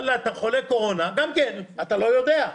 אתה חולה קורונה, גם כן, אתה לא יודע.